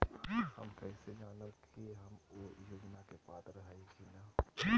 हम कैसे जानब की हम ऊ योजना के पात्र हई की न?